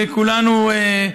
וכולנו,